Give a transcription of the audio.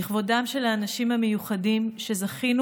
לכבודם של האנשים המיוחדים שזכינו